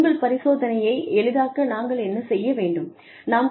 உங்கள் பரிசோதனையை எளிதாக்க நாங்கள் என்ன செய்ய முடியும்